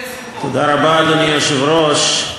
אדוני היושב-ראש,